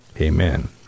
amen